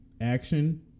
action